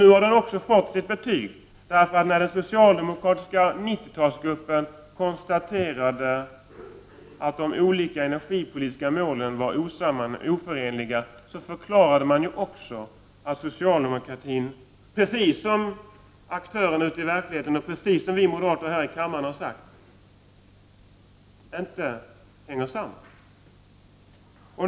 Nu har den politiken också fått sitt betyg. I och med att den socialdemokratiska 90-talsgruppen konstaterade att de olika energipolitiska målen var oförenliga förklarade man ju att socialdemokratin, precis som aktörerna ute i verkligheten och precis som vi moderater här i kammaren har sagt, inte hänger samman.